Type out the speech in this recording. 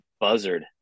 buzzard